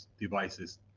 devices